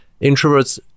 Introverts